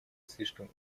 слишком